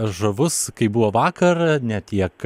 žavus kaip buvo vakar ne tiek